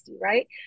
right